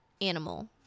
animal